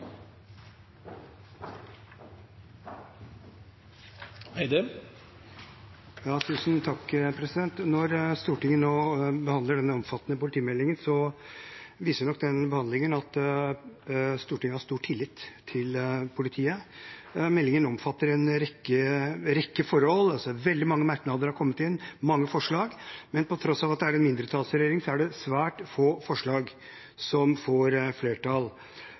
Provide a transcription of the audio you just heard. Når Stortinget nå behandler denne omfattende politimeldingen, viser nok behandlingen at Stortinget har stor tillit til politiet. Meldingen omfatter en rekke forhold, veldig mange merknader har kommet inn, mange forslag, men på tross av at det er en mindretallsregjering, er det svært få forslag som får